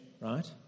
right